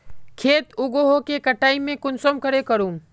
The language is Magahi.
खेत उगोहो के कटाई में कुंसम करे करूम?